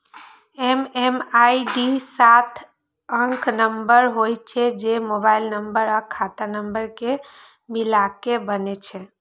MMID सात अंकक नंबर होइ छै, जे मोबाइल नंबर आ खाता नंबर कें मिलाके बनै छै